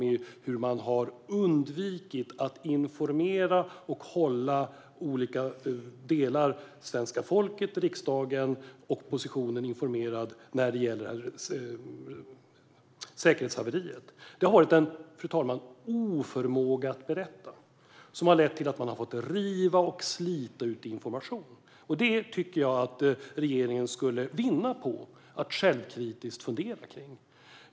Regeringen har undvikit att informera svenska folket, riksdagen och oppositionen när det gäller säkerhetshaveriet. Det har funnits en oförmåga att berätta, fru talman, som har lett till att man har fått riva och slita ut information. Jag tycker att regeringen skulle vinna på att självkritiskt fundera över detta.